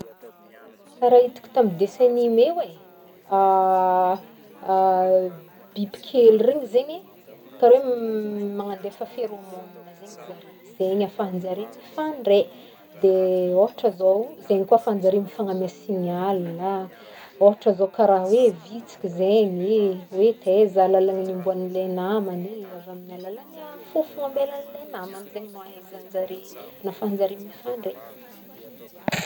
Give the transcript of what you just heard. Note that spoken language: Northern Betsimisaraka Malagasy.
Karaha hitako tamin'ny dessin animé hoe, bibikely regny zegny karaha hoe manandefa pheromone zegny zare dia iny ahafahanjare mifandray, dia ohatra zao zegny koa ahafahanjare mifaname signal ah, ohatra zao karaha hoe vitsiky zegny, hoe taiza lalàna niomban'ilay namagny eh, avy amin'ny alalan'ny fofogna ambelan'ilay namany zegny no ahaizanjare, ahafahanjare le mifandray.